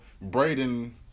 Braden